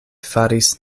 faris